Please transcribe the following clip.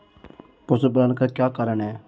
पशुपालन का क्या कारण है?